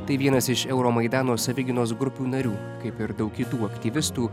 tai vienas iš euromaidano savigynos grupių narių kaip ir daug kitų aktyvistų